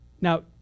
Now